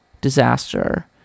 disaster